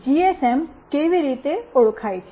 GSM કેવી રીતે ઓળખાય છે